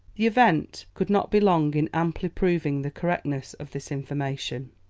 the event could not be long in amply proving the correctness of this information.